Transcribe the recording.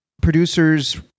Producers